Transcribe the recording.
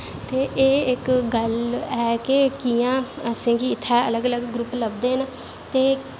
ते एह् इक गल्ल ऐ के कियां असेंगी इत्थै अलग अलग ग्रुप लब्भदे न ते